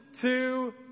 two